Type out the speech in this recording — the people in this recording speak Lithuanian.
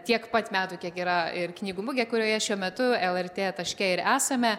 tiek pat metų kiek yra ir knygų mugė kurioje šiuo metu lrt taške ir esame